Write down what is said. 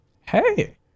Hey